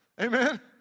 Amen